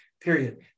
period